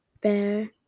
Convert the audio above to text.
bear